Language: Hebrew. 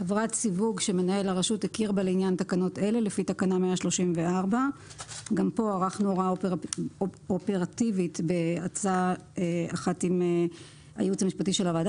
חברת סיווג שמנהל הרשות הכיר בה לעניין תקנות אלה לפי תקנה 134". גם פה ערכנו הוראה אופרטיבית בעצה אחת עם הייעוץ המשפטי של הוועדה